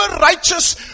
righteous